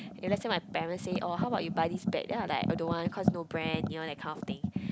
eh let's said my parent say oh how about you buy this pad then I like I don't want cause no brand you know that kind of thing